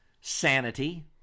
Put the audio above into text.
sanity